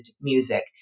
music